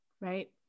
right